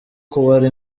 kubara